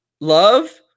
Love